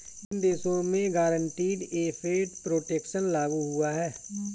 किन देशों में गारंटीड एसेट प्रोटेक्शन लागू हुआ है?